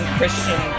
Christian